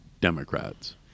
Democrats